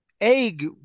egg